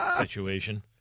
situation